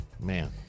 man